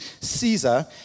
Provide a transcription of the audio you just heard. Caesar